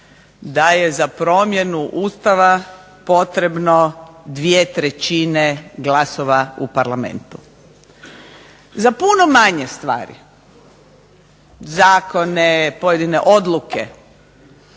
da je za promjenu Ustava potrebno 2/3 glasova u Parlamentu. Za puno manje stvari – zakone, pojedine odluke